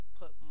put